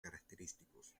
característicos